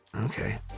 Okay